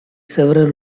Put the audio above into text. several